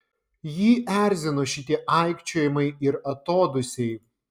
jį erzino šitie aikčiojimai ir atodūsiai